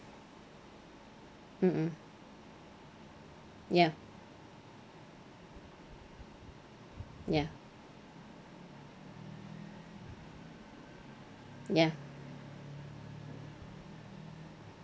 mm mm ya ya ya